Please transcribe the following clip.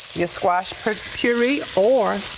use squash puree, or,